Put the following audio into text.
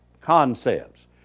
concepts